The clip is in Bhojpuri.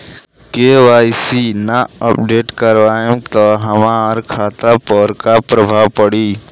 के.वाइ.सी ना अपडेट करवाएम त हमार खाता पर का प्रभाव पड़ी?